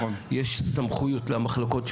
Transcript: יש סמכויות למחלקות,